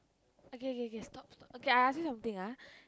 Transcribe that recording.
okay okay okay stop stop okay I ask you something ah